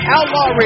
Outlaw